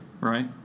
Right